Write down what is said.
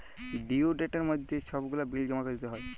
due ডেটের মইধ্যে ছব গুলা বিল জমা দিতে হ্যয়